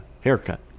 haircut